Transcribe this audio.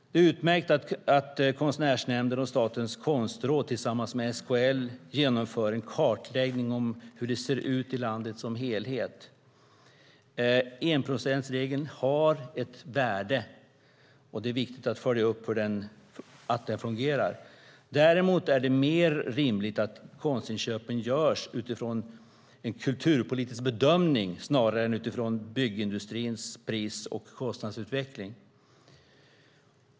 Det är utmärkt att Konstnärsnämnden och Statens konstråd tillsammans med SKL genomför en kartläggning om hur det ser ut i landet som helhet. Enprocentsregeln har ett värde, och det är viktigt att följa upp att den fungerar. Däremot är det mer rimligt att konstinköpen görs utifrån en kulturpolitisk bedömning snarare än utifrån byggindustrins pris och kostnadsutveckling.